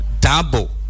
double